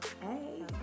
Hey